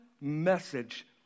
message